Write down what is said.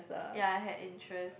ya I had interest